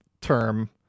term